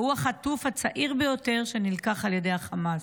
והוא החטוף הצעיר ביותר שנלקח על ידי חמאס.